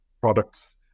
products